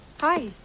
Hi